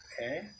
okay